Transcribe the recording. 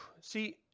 see